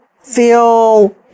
feel